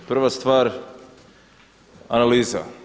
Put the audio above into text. Prva stvar analiza.